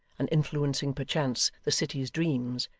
and influencing perchance the city's dreams,